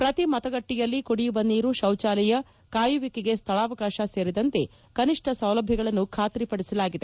ಪ್ರತಿ ಮತಗಟ್ಟೆಯಲ್ಲಿ ಕುಡಿಯುವ ನೀರು ಶೌಚಾಲಯ ಕಾಯುವಿಕೆಗೆ ಸ್ಲಳಾವಕಾಶ ಸೇರಿದಂತೆ ಕನಿಷ್ಣ ಸೌಲಭ್ಯಗಳನ್ನು ಖಾತರಿಪಡಿಸಲಾಗಿದೆ